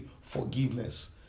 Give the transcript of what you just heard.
forgiveness